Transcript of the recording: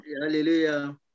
Hallelujah